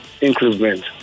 improvement